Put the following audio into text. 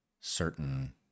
certain